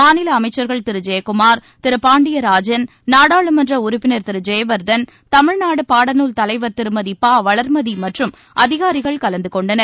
மாநில அமைச்சர்கள் திரு ஜெயக்குமார் திரு பாண்டியராஜன் நாடாளுமன்ற உறுப்பினர் திரு ஜெயவர்தன் தமிழ்நாடு பாடநூல் தலைவர் திருமதி ப வளர்மதி மற்றும் அதிகாரிகள் கலந்துகொண்டனர்